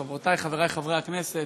חברותי וחברי חברי הכנסת,